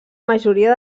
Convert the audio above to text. majoria